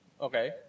Okay